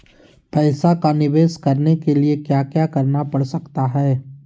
पैसा का निवेस करने के लिए क्या क्या करना पड़ सकता है?